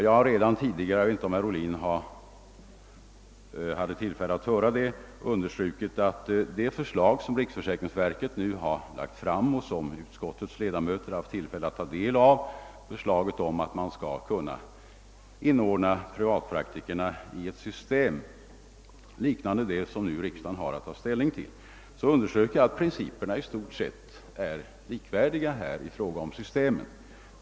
Jag vet inte om herr Ohlin hade tillfälle att höra när jag tidigare sade att principerna i riksförsäkringsverkets förslag, som utskottets ledamöter har haft tillfälle att ta del av, om inordnande av privatpraktikerna i systemet är i stort sett likvärdiga med principerna i det system som riksdagen nu har att ta ställning till.